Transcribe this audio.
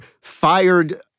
fired